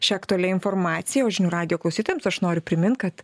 šia aktualia informacija o žinių radijo klausytojams aš noriu primint kad